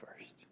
first